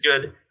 good